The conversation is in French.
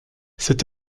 cet